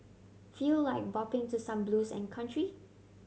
feel like bopping to some blues and country